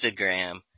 Instagram